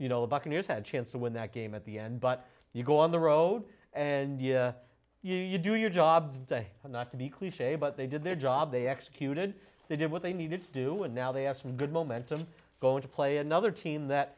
you know buccaneers had a chance to win that game at the end but you go on the road and you know you you do your job say not to be cliche but they did their job they executed they did what they needed to do and now they have some good momentum going to play another team that